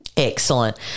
Excellent